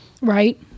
Right